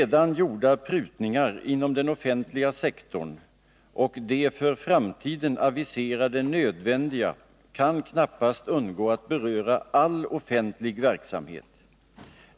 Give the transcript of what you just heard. Redan gjorda prutningar inom den offentliga sektorn, liksom de för framtiden aviserade och nödvändiga, kan knappast undgå att beröra all offentlig verksamhet.